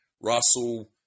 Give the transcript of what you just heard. Russell